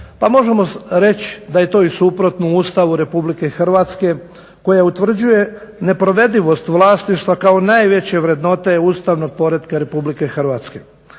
pa možemo reći da je to i suprotno Ustavu Republike Hrvatske koji utvrđuje neprovedivost vlasništva kao najveće vrednote ustavnog poretka Republike Hrvatske.